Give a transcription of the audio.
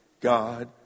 God